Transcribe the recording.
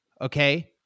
Okay